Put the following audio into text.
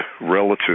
relative